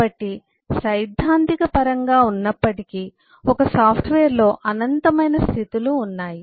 కాబట్టి సైద్ధాంతిక పరంగా ఉన్నప్పటికీ ఒక సాఫ్ట్వేర్లో అనంతమైన స్థితులు ఉన్నాయి